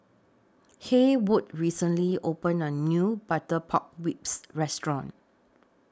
Haywood recently opened A New Butter Pork Ribs Restaurant